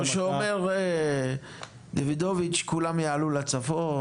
כמו שאומר דוידוביץ', כולם יעלו לצפון.